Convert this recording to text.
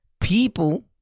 people